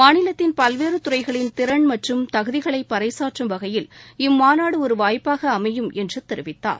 மாநிலத்தின் பல்வேறு துறைகளின் திறன் மற்றும் தகுதிகளை பறைசாற்றும் வகையில் இம்மாநாடு ஒரு வாய்ப்பாக அமையும் என்று தெரிவித்தார்